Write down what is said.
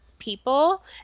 people